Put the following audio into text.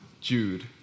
Jude